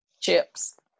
Chips